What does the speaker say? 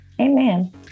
Amen